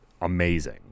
amazing